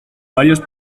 varios